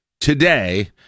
today